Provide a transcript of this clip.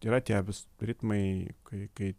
yra tie vis ritmai kai kai